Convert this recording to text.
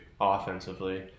offensively